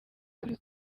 kuri